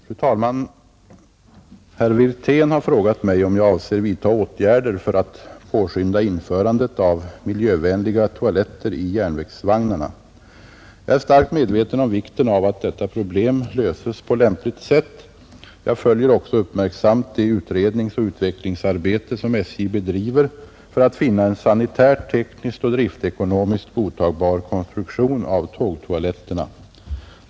Fru talman! Herr Wirtén har frågat mig om jag avser vidta åtgärder för att påskynda införandet av miljövänliga toaletter i järnvägsvagnarna. Jag är starkt medveten om vikten av att detta problem löses på lämpligt sätt. Jag följer också uppmärksamt det utredningsoch utvecklingsarbete som SJ bedriver för att finna en sanitärt, tekniskt och driftekonomiskt godtagbar konstruktion av tågtoaletterna.